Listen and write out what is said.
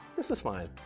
this is fine,